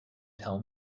tell